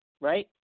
right